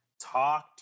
talked